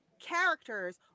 characters